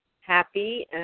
happy